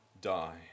die